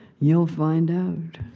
you'll find out.